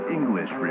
English